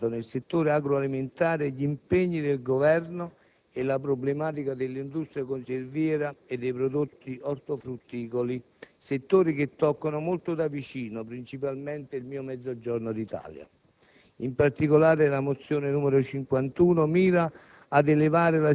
Un dibattito e un percorso che hanno delineato nel settore agroalimentare gli impegni del Governo e le problematiche dell'industria conserviera e dei prodotti ortofrutticoli, settori che toccano molto da vicino principalmente il mio Mezzogiorno d'Italia.